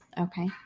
Okay